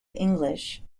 english